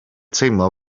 teimlo